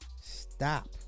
Stop